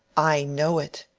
i know it.